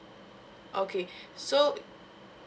okay so